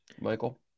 Michael